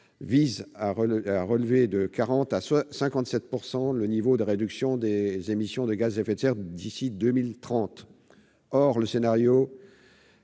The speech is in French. visent à relever de 40 % à 57 % le taux de réduction des émissions de gaz à effet de serre d'ici à 2030. Or le scénario